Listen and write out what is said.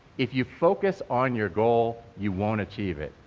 if you focus on your goal, you won't achieve it.